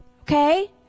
Okay